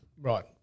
Right